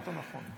אמרת נכון.